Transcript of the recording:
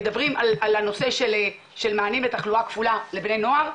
הם מדברים על הנושא של מענים לתחלואה כפולה לבני נוער: